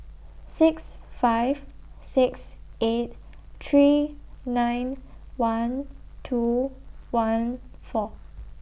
six five six eight three nine one two one four